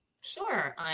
Sure